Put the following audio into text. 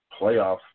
playoff